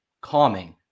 calming